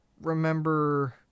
remember